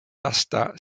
lasta